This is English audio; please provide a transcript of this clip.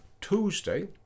Tuesday